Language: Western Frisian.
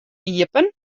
iepen